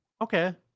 Okay